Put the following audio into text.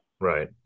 Right